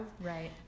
Right